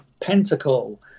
Pentacle